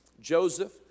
Joseph